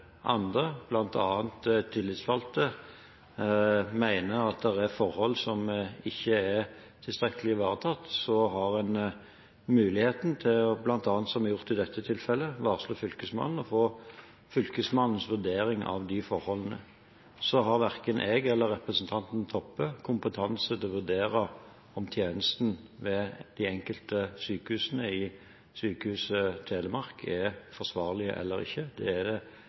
andre, bl.a. tillitsvalgte, mener det er forhold som ikke er tilstrekkelig ivaretatt, har en muligheten til bl.a. å varsle Fylkesmannen – som en har gjort i dette tilfellet – og få Fylkesmannens vurdering av de forholdene. Verken jeg eller representanten Toppe har kompetanse til å vurdere om tjenestene ved de enkelte sykehusene i Sykehuset Telemark helseforetak er forsvarlige eller ikke. Det